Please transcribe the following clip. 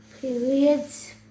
periods